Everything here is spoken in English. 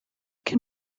can